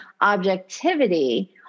objectivity